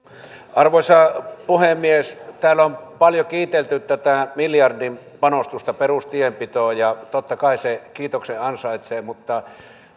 arvoisa puhemies täällä on paljon kiitelty tätä miljardipanostusta perustienpitoon ja totta kai se kiitoksen ansaitsee mutta